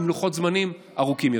עם לוחות זמנים ארוכים יותר.